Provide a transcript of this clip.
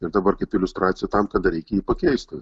ir dabar kaip iliustracija tam kada reikia pakeisti